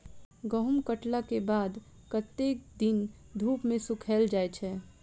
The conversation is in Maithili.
गहूम कटला केँ बाद कत्ते दिन धूप मे सूखैल जाय छै?